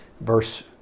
Verse